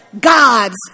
God's